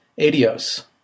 adios